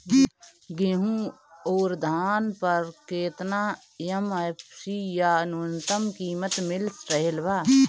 गेहूं अउर धान पर केतना एम.एफ.सी या न्यूनतम कीमत मिल रहल बा?